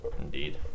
Indeed